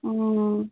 ओ